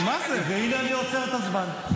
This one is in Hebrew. והינה אני עוצר את הזמן.